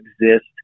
exist